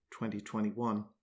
2021